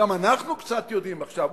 גם אנחנו קצת יודעים עכשיו,